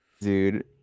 dude